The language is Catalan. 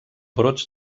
brots